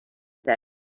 said